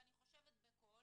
ואני חושבת בקול